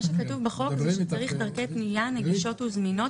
בחוק כתוב שצריך דרכי פנייה נגישות וזמינות